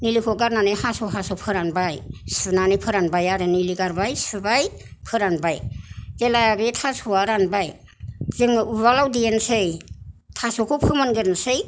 निलिखौ गारनानै हास' हास' फोरानबाय सुनानै फोरानबाय आरो निलि गारबाय सुबाय फोरानबाय जेला बे थास'वा रानबाय जोङो उवालाव देनोसै थास'खौ फोमोनग्रोनोसै